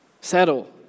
settle